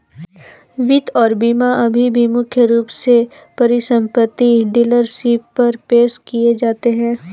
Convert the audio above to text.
वित्त और बीमा अभी भी मुख्य रूप से परिसंपत्ति डीलरशिप पर पेश किए जाते हैं